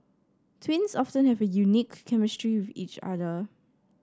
twins often have a unique chemistry with each other